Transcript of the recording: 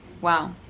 Wow